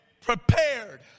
prepared